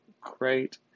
great